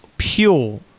pure